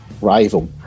Rival